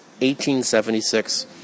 1876